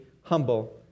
humble